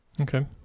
Okay